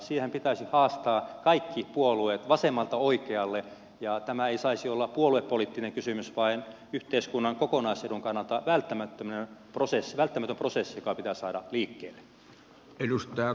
siihen pitäisi haastaa kaikki puolueet vasemmalta oikealle ja tämä ei saisi olla puoluepoliittinen kysymys vaan yhteiskunnan kokonaisedun kannalta välttämätön prosessi joka pitää saada liikkeelle